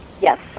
Yes